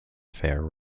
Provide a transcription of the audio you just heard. fair